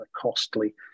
costly